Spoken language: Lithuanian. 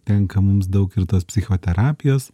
tenka mums daug ir tos psichoterapijos